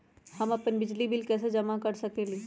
हम अपन बिजली बिल कैसे जमा कर सकेली?